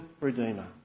redeemer